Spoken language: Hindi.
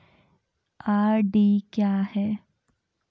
आर.डी क्या है?